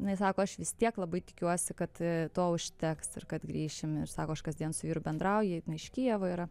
jinai sako aš vis tiek labai tikiuosi kad to užteks ir kad grįšim ir sako aš kasdien su vyru bendrauju jinai iš kijevo yra